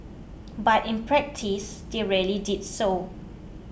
but in practice they rarely did so